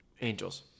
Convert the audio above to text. Angels